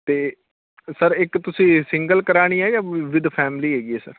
ਅਤੇ ਸਰ ਇੱਕ ਤੁਸੀਂ ਏ ਸਿੰਗਲ ਕਰਾਉਣੀ ਏ ਜਾਂ ਵਿੱਦ ਫੈਮਿਲੀ ਹੈਗੀ ਏ ਸਰ